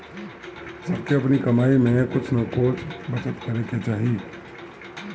सबके अपनी कमाई में से कुछ नअ कुछ बचत करे के चाही